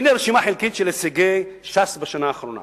"הנה רשימה חלקית של הישגי ש"ס בשנה האחרונה: